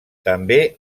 també